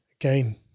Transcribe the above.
again